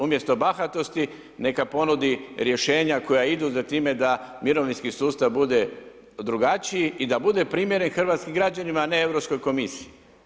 Umjesto bahatosti nek ponudi rješenja koja idu za time da mirovinski sustav bude drugačiji i da bude primjeren hrvatskim građanima a ne Europskoj komisiji.